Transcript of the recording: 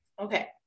Okay